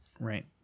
Right